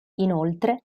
inoltre